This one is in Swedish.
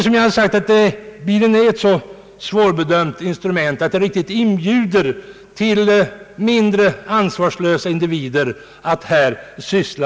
Bilarna är alltså som jag sade så svårbedömda att denna marknad inbjuder mindre ansvarskännande individer till affärsverksamhet.